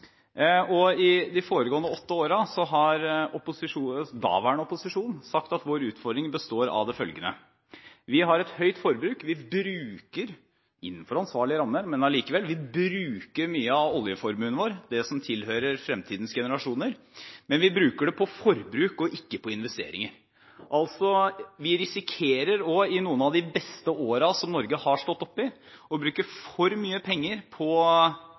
Norge. I de foregående åtte årene har daværende opposisjon sagt at vår utfordring består av følgende: Vi har et høyt forbruk. Vi bruker – innenfor ansvarlige rammer, men allikevel – mye av oljeformuen vår, det som tilhører fremtidens generasjoner, men vi bruker det på forbruk og ikke på investeringer. Vi risikerer altså i noen av de beste årene som Norge har stått oppe i, å bruke for mye penger på